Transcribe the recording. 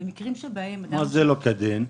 --- מה זה "לא כדין"?